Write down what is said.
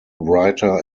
writer